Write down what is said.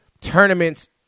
tournaments